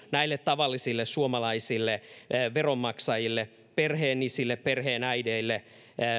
näille tavallisille suomalaisille veronmaksajille perheenisille perheenäideille